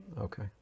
okay